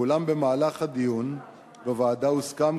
ואולם במהלך הדיון בוועדה הוסכם,